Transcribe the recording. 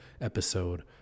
episode